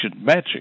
matching